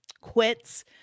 quits